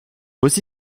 aussi